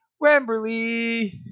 Wembley